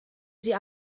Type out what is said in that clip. sie